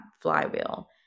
flywheel